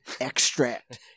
extract